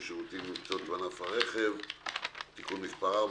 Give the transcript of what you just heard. שירותים ומקצועות בענף הרכב (תיקון מס' 4),